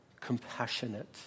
compassionate